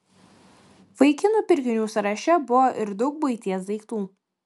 vaikinų pirkinių sąraše buvo ir daug buities daiktų